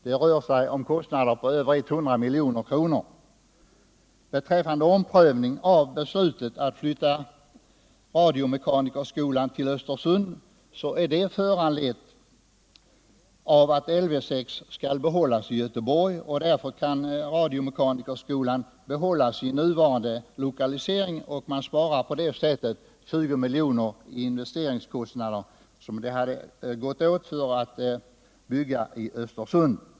Det rör sig om kostnader på över 100 milj.kr. Omprövningen av beslutet att flytta radiomekanikerskolan till Östersund är föranledd av att Lv 6 skall behållas i Göteborg. Därför kan radiomekanikerskolan behålla sin nuvarande lokalisering, och på det sättet sparas 20 milj.kr. i investeringar, som det skulle ha kostat att bygga i Östersund.